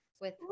with-